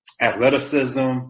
athleticism